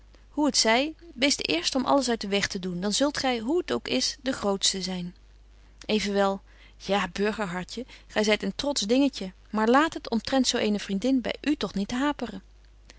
hoe het zy wees de eerste om alles uit den weg te doen dan zult gy hoe t ook is de grootste zyn evenwel ja burgerhartje gy zyt een trosch dingetje maar laat het omtrent zo eene vriendin by u toch niet haperen